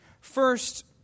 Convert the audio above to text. First